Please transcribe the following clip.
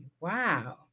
wow